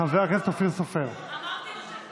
חבר הכנסת אופיר סופר, בבקשה,